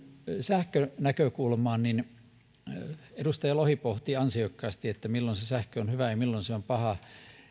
sähkönäkökulmaan liittyen edustaja lohi pohti ansiokkaasti että milloin se sähkö on hyvä ja milloin se on paha